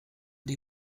die